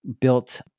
built